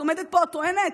את עומדת פה, את טוענת?